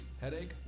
headache